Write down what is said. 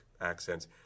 accents